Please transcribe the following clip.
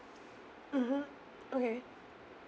mmhmm okay